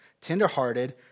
tenderhearted